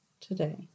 today